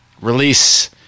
release